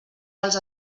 els